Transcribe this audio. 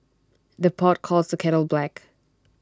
the pot calls the kettle black